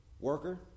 Worker